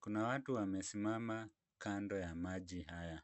Kuna watu wamesimama kando ya maji haya.